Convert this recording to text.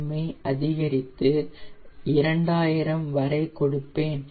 M ஐஅதிகரித்து 2000 வரை கொடுப்பேன்